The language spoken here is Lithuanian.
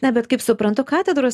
ne bet kaip suprantu katedros